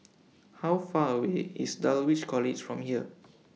How Far away IS Dulwich College from here